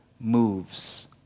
moves